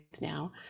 now